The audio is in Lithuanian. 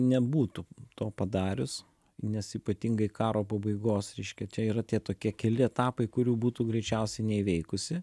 nebūtų to padarius nes ypatingai karo pabaigos reiškia čia yra tie tokie keli etapai kurių būtų greičiausiai neįveikusi